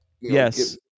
Yes